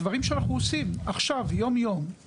דברים שאנחנו עושים עכשיו יום-יום,